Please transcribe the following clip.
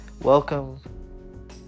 Welcome